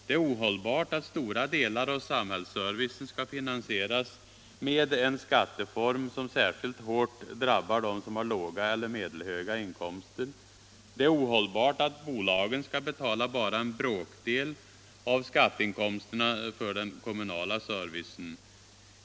Det är ohållbart att stora delar av samhällsservicen skall finansieras med en skatteform som särskilt hårt drabbar dem som har låga eller medelhöga inkomster. Det är ohållbart att bolagen skall betala bara en bråkdel av skatteinkomsterna för den kommunala servicen.